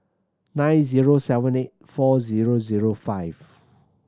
nine zero seven eight four zero zero five